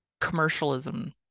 commercialism